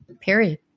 period